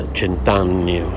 cent'anni